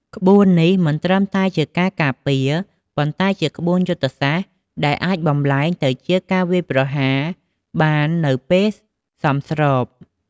ក្បួននេះមិនត្រឹមតែជាការពារ ប៉ុន្តែជាក្បួនយុទ្ធសាស្ត្រដែលអាចបម្លែងទៅជាការវាយប្រហារបាននៅពេលសមស្រប។